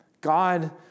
God